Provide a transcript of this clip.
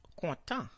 content